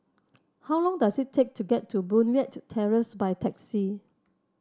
how long does it take to get to Boon Leat Terrace by taxi